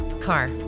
car